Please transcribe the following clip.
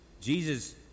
Jesus